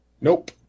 nope